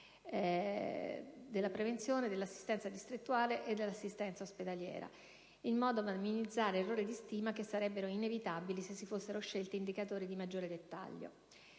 della prevenzione, della assistenza distrettuale e dell'assistenza ospedaliera, in modo da minimizzare errori dì stima che sarebbero inevitabili se si fossero scelti indicatori di maggiore dettaglio.